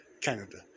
Canada